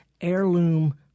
heirloom